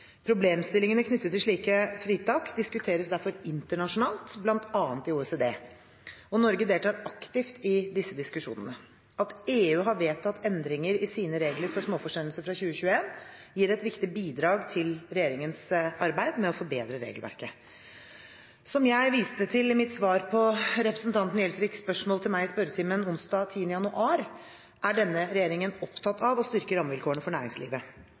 Problemstillingene knyttet til slike fritak diskuteres derfor internasjonalt, bl.a. i OECD. Norge deltar aktivt i disse diskusjonene. At EU har vedtatt endringer i sine regler for småforsendelser fra 2021, gir et viktig bidrag til regjeringens arbeid med å forbedre regelverket. Som jeg viste til i mitt svar på representanten Gjelsviks spørsmål til meg i spørretimen onsdag 10. januar, er denne regjeringen opptatt av å styrke rammevilkårene for næringslivet.